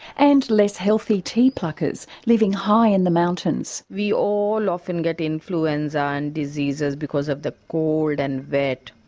and less healthy tea pluckers living high in the mountains. we all often get influenza and diseases because of the cold and wet.